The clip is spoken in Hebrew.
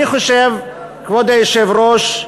אני חושב, כבוד היושב-ראש,